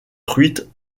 truite